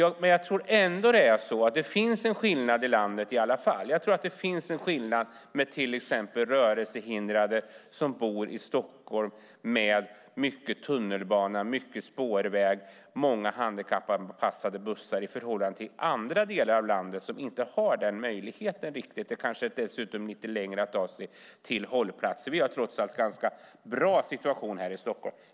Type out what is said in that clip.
Men det finns i varje fall en skillnad i landet. Det finns en skillnad mellan rörelsehindrade som bor i Stockholm med mycket tunnelbana, mycket spårvägar och många handikappanpassade bussar i förhållande till andra orter i landet som inte riktigt har den möjligheten. De har dessutom lite längre att ta sig till hållplatser. Vi har trots allt en ganska bra situation här i Stockholm.